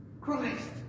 Christ